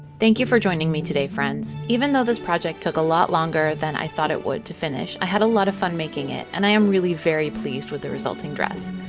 thank you for joining me today, friends. even though this project took a lot longer than i thought it would to finish, i had a lot of fun making it, and am really very pleased with the resulting dress.